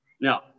Now